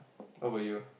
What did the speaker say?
how about you